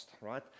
Right